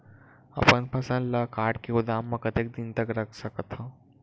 अपन फसल ल काट के गोदाम म कतेक दिन तक रख सकथव?